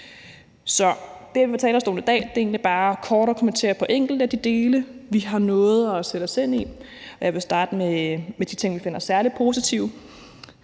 Så det, jeg vil på talerstolen i dag, er egentlig bare kort at kommentere på enkelte af de dele, vi har nået at sætte os ind i, og jeg vil starte med de ting, vi finder særlig positive.